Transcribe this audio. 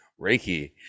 reiki